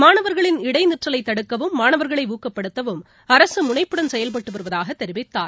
மாணவர்களின் இடைநிற்றலை தடுக்கவும் மாணவர்களை ஊக்கப்படுத்தவும் அரசு முனைப்புடன் செயல்பட்டு வருவதாக தெரிவித்தார்